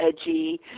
edgy